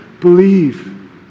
Believe